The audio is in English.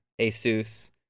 ASUS